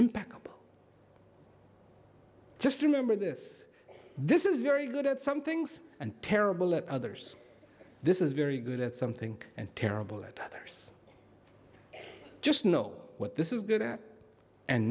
impact just remember this this is very good at some things and terrible at others this is very good at something and terrible that others just know what this is good a